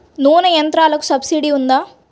నూనె యంత్రాలకు సబ్సిడీ ఉందా?